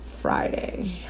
Friday